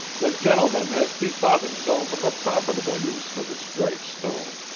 the gentleman has bethought himself of a profitable use for this bright stone.